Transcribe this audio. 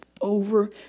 over